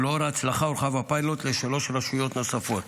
ולאור ההצלחה הורחב הפיילוט לשלוש רשויות נוספות.